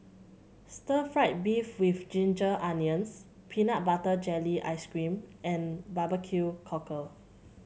Stir Fried Beef with Ginger Onions Peanut Butter Jelly Ice cream and Barbecue Cockle